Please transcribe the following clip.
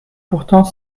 pourtant